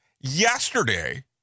yesterday